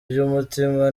by’umutima